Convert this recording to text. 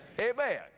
Amen